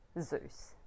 Zeus